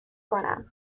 کنم